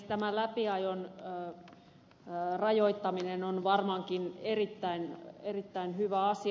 tämä läpiajon rajoittaminen on varmaankin erittäin hyvä asia